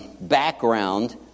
background